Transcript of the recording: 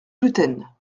gluten